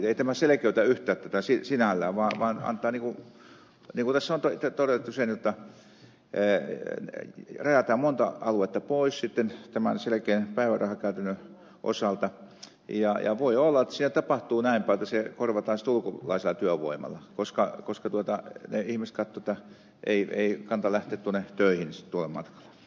ei tämä selkeytä yhtään tätä sinällään vaan aiheuttaa niin kuin tässä on todettu sen jotta rajataan monta aluetta pois tämän selkeän päivärahakäytännön osalta ja voi olla että siinä tapahtuu näin päin että se korvataan sitten ulkolaisella työvoimalla koska ne ihmiset katsovat että ei kannata lähteä töihin spon